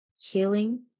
healing